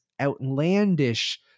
outlandish